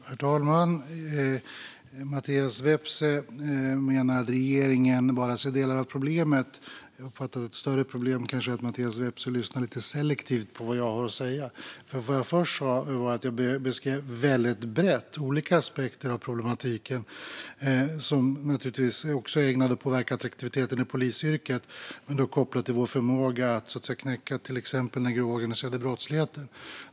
Herr talman! Mattias Vepsä menar att regeringen bara ser delar av problemet. Jag uppfattar att ett större problem kanske är att Mattias Vepsä lyssnar lite selektivt på vad jag har att säga. Först beskrev jag väldigt brett olika aspekter av problematiken. De påverkar naturligtvis också attraktiviteten hos polisyrket, men då kopplat till samhällets förmåga att knäcka till exempel den grova organiserade brottsligheten.